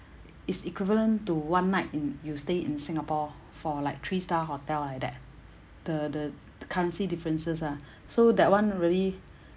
is equivalent to one night in you stay in singapore for like three star hotel like that the the the currency differences ah so that [one] really